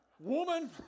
Woman